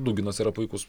duginas yra puikus